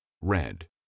Red